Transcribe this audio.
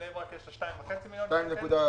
לבני-ברק יש 2.5 מיליון שקלים.